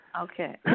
Okay